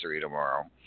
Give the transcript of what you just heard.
tomorrow